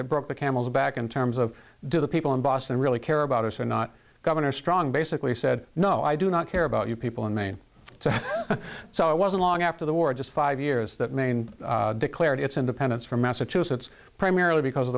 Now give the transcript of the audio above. that broke the camel's back in terms of do the people in boston really care about us or not governor strong basically said no i do not care about you people in maine so so it wasn't long after the war in just five years that maine declared its independence from massachusetts primarily because of